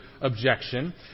objection